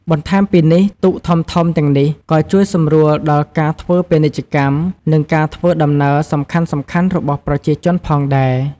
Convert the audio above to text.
បន្ថែមពីនេះ ទូកធំៗទាំងនេះក៏ជួយសម្រួលដល់ការធ្វើពាណិជ្ជកម្ម និងការធ្វើដំណើរសំខាន់ៗរបស់ប្រជាជនផងដែរ។